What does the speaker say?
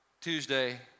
Tuesday